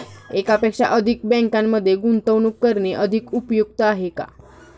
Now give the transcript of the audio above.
एकापेक्षा अधिक बँकांमध्ये गुंतवणूक करणे अधिक उपयुक्त आहे का?